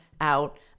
out